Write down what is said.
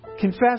confess